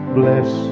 bless